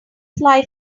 fly